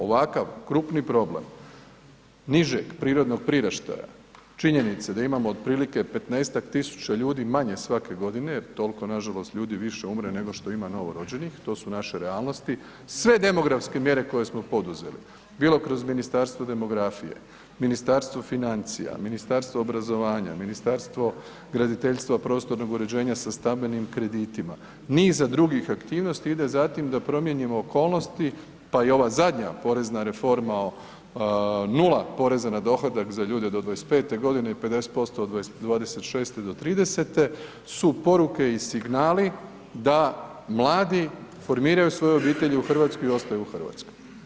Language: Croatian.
Ovakav krupni problem nižeg prirodnog priraštaja, činjenice da imamo otprilike 15-tak tisuća ljudi manje svake godine jer tolko nažalost ljudi umre nego što ima novo rođenih, to su naše realnosti, sve demografske mjere koje smo poduzeli, bilo kroz Ministarstvo demografije, Ministarstvo financija, Ministarstvo obrazovanja, Ministarstvo graditeljstva, prostornog uređenja sa stambenim kreditima, niza drugih aktivnosti ide za tim da promijenimo okolnosti pa i ova zadnja porezna reforma o 0 poreza na dohodak za ljude do 25-te godine i 50% od 26 do 30 su poruke i signali da mladi formiraju svoje obitelji u Hrvatskoj i ostaju u Hrvatskoj.